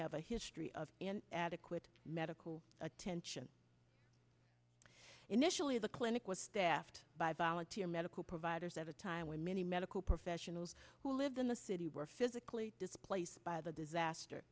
have a history of adequate medical attention initially the clinic was staffed by volunteer medical providers of a time when many medical professionals who lived in the city were physically displaced by the disaster